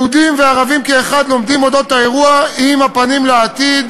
יהודים וערבים כאחד לומדים על האירוע עם הפנים לעתיד